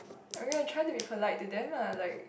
okay try to be polite to them lah like